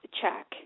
check